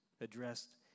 addressed